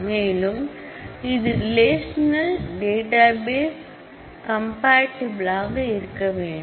மேலும் இது relational database compatible இருக்கவேண்டும்